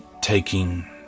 taking